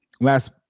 last